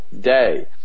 day